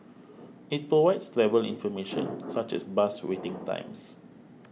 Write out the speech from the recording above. it provides travel information such as bus waiting times